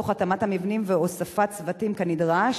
בהתאמת המבנים והוספת צוותים כנדרש?